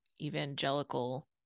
evangelical